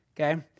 okay